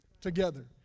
together